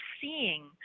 seeing